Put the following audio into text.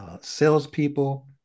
salespeople